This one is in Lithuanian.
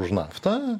už naftą